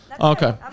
Okay